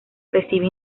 recibe